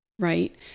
right